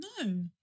No